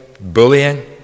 bullying